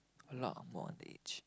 a lot ang-moh underage